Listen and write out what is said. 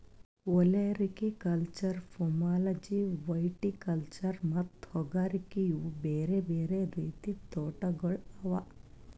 olericulture, pomology, viticulture ಮತ್ತ ಹೂಗಾರಿಕೆ ಇವು ಬೇರೆ ಬೇರೆ ರೀತಿದ್ ತೋಟಗೊಳ್ ಅವಾ